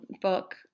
book